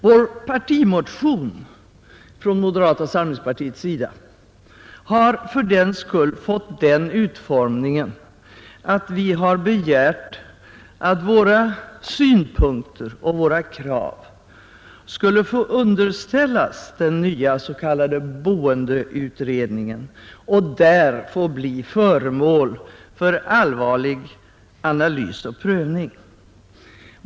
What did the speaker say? Vår partimotion från moderata samlingspartiet har fördenskull fått den utformningen att vi har begärt att våra synpunkter och våra krav skulle få underställas den nya s.k. boendeutredningen och bli föremål för dess allvarliga analys och prövning.